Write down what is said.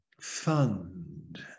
fund